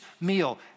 meal